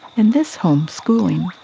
in this home schooling,